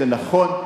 זה נכון,